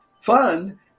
Fun